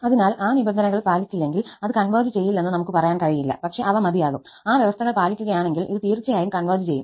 അതിനാൽ ആ നിബന്ധനകൾ പാലിച്ചില്ലെങ്കിൽ അത് കൺവെർജ് ചെയില്ലെന്ന് നമുക് പറയാൻ കഴിയില്ല പക്ഷേ അവ മതിയാകും ആ വ്യവസ്ഥകൾ പാലിക്കുകയാണെങ്കിൽ ഇത് തീർച്ചയായും കൺവെർജ് ചെയ്യും